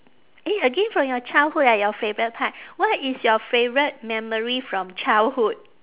eh again from your childhood eh your favourite part what is your favourite memory from childhood